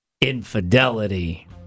infidelity